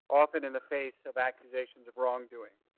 often in the face of accusations of wrongdoing.